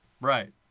right